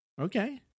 Okay